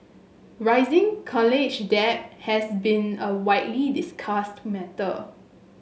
rising college debt has been a widely discussed matter